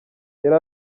yari